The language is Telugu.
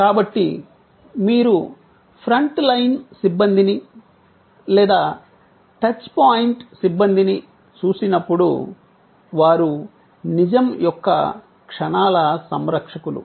కాబట్టి మీరు ఫ్రంట్ లైన్ సిబ్బందిని లేదా టచ్ పాయింట్ సిబ్బందిని చూసినప్పుడు వారు నిజం యొక్క క్షణాల సంరక్షకులు